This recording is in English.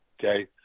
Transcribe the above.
Okay